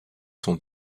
sont